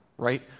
Right